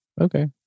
Okay